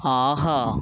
ஆஹா